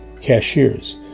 cashiers